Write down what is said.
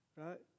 right